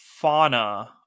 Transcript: Fauna